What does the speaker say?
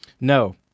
No